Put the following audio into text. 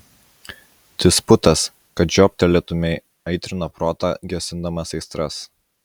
disputas kad žioptelėtumei aitrina protą gesindamas aistras